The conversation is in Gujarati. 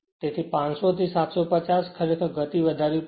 તેથી 500 થી 750 ખરેખર ગતિ વધારવી પડશે